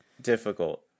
difficult